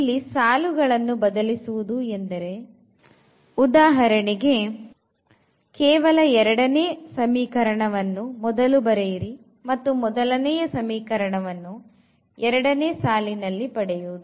ಇಲ್ಲಿ ಸಾಲುಗಳನ್ನು ಬದಲಿಸುವುದು ಎಂದರೆ ಉದಾಹರಣೆಗೆ ಕೇವಲ ಎರಡನೇ ಸಮೀಕರಣವನ್ನು ಮೊದಲು ಬರೆಯಿರಿ ಮತ್ತು ಮೊದಲನೆಯ ಸಮೀಕರಣವನ್ನು ಎರಡನೆಯ ಸಾಲಿನಲ್ಲಿ ಪಡೆಯುವುದು